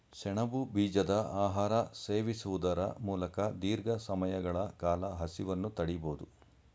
ಸೆಣಬು ಬೀಜದ ಆಹಾರ ಸೇವಿಸುವುದರ ಮೂಲಕ ದೀರ್ಘ ಸಮಯಗಳ ಕಾಲ ಹಸಿವನ್ನು ತಡಿಬೋದು